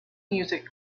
music